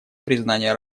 признания